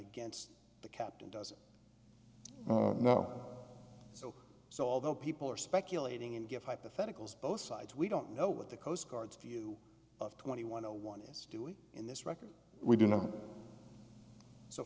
against the captain doesn't know so so although people are speculating and give hypotheticals both sides we don't know what the coast guard's view of twenty one no one is doing in this record